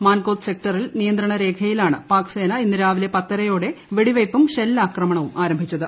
മാൻകോത്ത് സെക്ടറിൽ നിയന്ത്രണ്ട്രേഖയിലാണ് പാക് സേന ഇന്ന് രാവിട്ട്ല ്പത്തരയോടെ വെടിവയ്പ്പും ഷെല്ലാക്രമണവും ആരംഭിച്ചത്